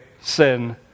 sin